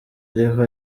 ariho